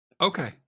Okay